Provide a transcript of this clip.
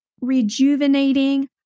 rejuvenating